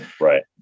right